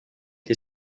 été